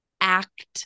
act